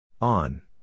On